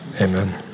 Amen